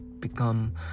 become